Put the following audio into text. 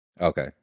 Okay